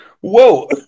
whoa